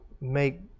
make